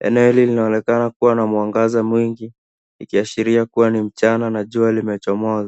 Eneo hili linaonekana kuwa na mwangaza mwingi ikiashiria kuwa ni mchana na jua limechomoza.